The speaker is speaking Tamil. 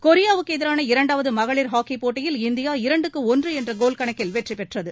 கொரியாவுக்கு எதிரான இரண்டாவது மகளிர் ஹாக்கிப் போட்டியில் இந்தியா இரண்டுக்கு ஒன்று என்ற கோல் கணக்கில் வெற்றி பெற்றது